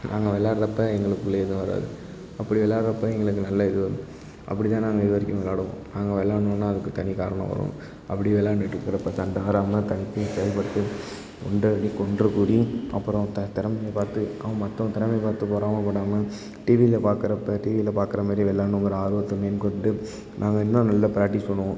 நாங்கள் விளாட்றப்ப எங்களுக்குள்ளே எதுவும் வராது அப்படி விளாட்றப்ப எங்களுக்கு நல்ல இது வரும் அப்படி தான் நாங்கள் இது வரைக்கும் விளாடுவோம் நாங்கள் விளாட்ணுன்னா அதுக்கு தனி காரணம் வரும் அப்படி விளாண்டுட்ருக்குறப்ப சண்டை வராமல் தனித்து செயல்பட்டு ஒன்றாகி ஒன்றுக்கூடி அப்புறம் த திறமைய பார்த்து அவன் மற்றவன் திறமைய பார்த்து பொறாமை படாமல் டிவியில் பார்க்குறப்ப டிவியில் பார்க்குற மாரி விளாட்ணுங்கிற ஆர்வத்தை மேற்கொண்டு நாங்கள் இன்னும் நல்ல ப்ராக்டிஸ் பண்ணுவோம்